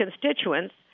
constituents